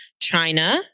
China